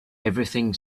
everything